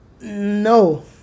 No